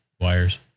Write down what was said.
wires